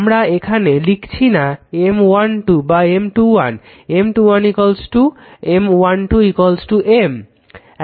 আমরা এখানে লিখছি না M12 বা M21 M12 M21 M